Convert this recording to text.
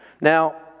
Now